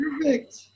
perfect